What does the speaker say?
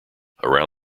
around